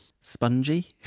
Spongy